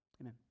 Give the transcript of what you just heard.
Amen